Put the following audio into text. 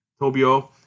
Tobio